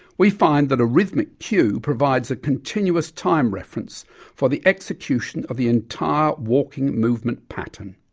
we find that a rhythmic cue provides a continuous time reference for the execution of the entire walking movement pattern.